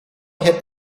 had